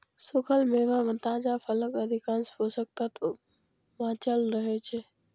सूखल मेवा मे ताजा फलक अधिकांश पोषक तत्व बांचल रहै छै